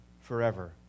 forever